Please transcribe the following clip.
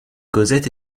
cosette